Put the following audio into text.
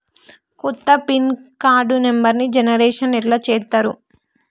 కొత్త pin card నెంబర్ని generation ఎట్లా చేత్తరు?